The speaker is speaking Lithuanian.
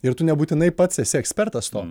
ir tu nebūtinai pats esi ekspertas to